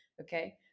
okay